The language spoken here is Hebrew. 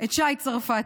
את שי צרפתי,